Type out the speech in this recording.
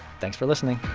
thanks for listening